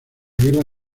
guerra